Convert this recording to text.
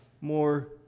more